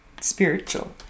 spiritual